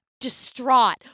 distraught